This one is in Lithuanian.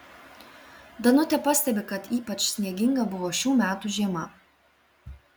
danutė pastebi kad ypač snieginga buvo šių metų žiema